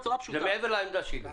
זה מעבר לעמדה שלי.